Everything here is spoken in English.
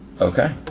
Okay